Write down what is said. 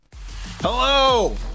Hello